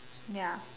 ya